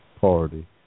party